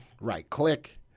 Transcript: Right-click